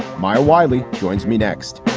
my whiley joins me next